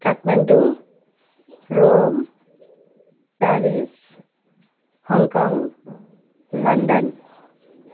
Kathmandu Rome Paris Hong Kong London